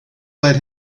led